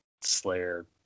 slayer